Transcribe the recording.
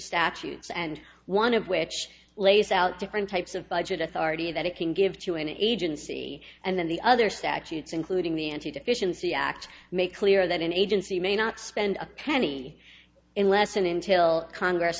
statutes and one of which lays out different types of budget authority that it can give to an agency and then the other statutes including the anti deficiency act make clear that an agency may not spend a penny in lesson in till congress